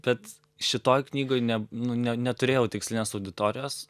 bet šitoj knygoj ne nu ne neturėjau tikslinės auditorijos